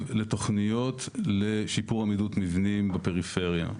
לתוכניות לשיפור עמידות מבנים בפריפריה.